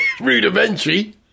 rudimentary